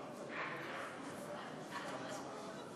34,